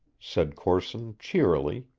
said corson cheerily,